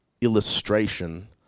illustration